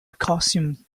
accustomed